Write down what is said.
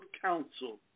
counsel